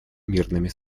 мирными